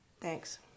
Thanks